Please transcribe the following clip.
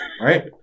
right